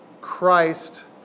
Christ